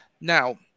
Now